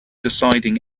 deciding